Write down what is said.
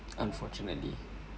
unfortunately